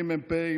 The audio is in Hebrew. ממ"פ,